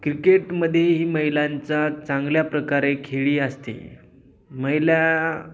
क्रिकेटमध्ये ही महिलांचा चांगल्या प्रकारे खेळी असते महिला